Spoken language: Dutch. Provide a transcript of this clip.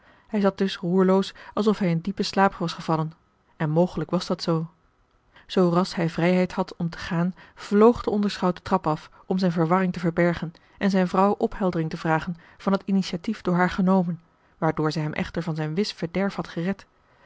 hij zat dus roerloos alsof hij in diepen slaap was gevallen en mogelijk was dat zoo zoo ras hij vrijheid had om te gaan vloog de onderschout de trap af om zijne verwarring te verbergen en zijne vrouw opheldering te vragen van het initiatief door haar genomen waardoor zij hem echter van zijn wis verderf had gered